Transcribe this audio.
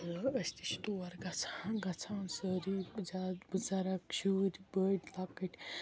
تہٕ أسۍ تہِ چھِ تور گَژھان گَژھان سٲری جَد بٕزَرٕگ شُرۍ بٔڈۍ لۄکٕٹۍ